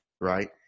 right